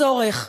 הצורך,